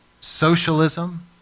socialism